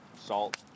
salt